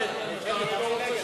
נתקבלה.